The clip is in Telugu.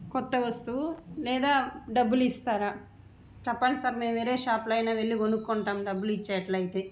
కొత్త వస్తువు లేదా డబ్బులు ఇస్తారా చెప్పండి సార్ మేము వేరే షాపులో అయినా వెళ్ళి కొనుక్కుంటాము డబ్బులు ఇచ్చేటట్లు అయితే